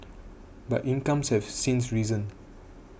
but incomes have since risen